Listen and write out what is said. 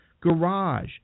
garage